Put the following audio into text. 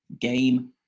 game